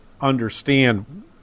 understand